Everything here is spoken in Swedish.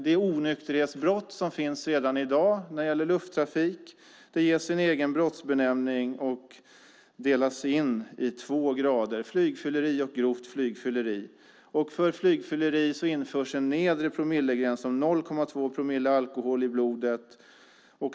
Det onykterhetsbrott som finns redan i dag när det gäller lufttrafik ges en egen brottsbenämning och delas in i två grader: flygfylleri och grovt flygfylleri. För flygfylleri införs en nedre promillegräns om 0,2 promille alkohol i blodet.